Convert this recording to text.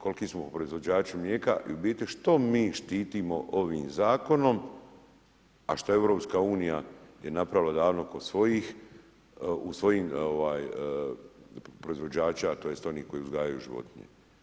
Koliki smo proizvođači mlijeka i u biti što mi štitimo ovim zakonom a što EU je napravila davno kod svojih proizvođača tj. onih koji uzgajaju životinje?